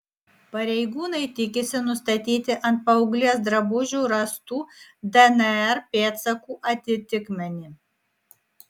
pareigūnai tikisi nustatyti ant paauglės drabužių rastų dnr pėdsakų atitikmenį